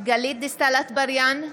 גלית דיסטל אטבריאן,